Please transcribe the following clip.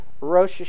Rosh